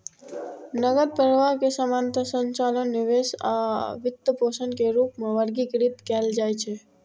नकद प्रवाह कें सामान्यतः संचालन, निवेश आ वित्तपोषण के रूप मे वर्गीकृत कैल जाइ छै